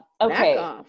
okay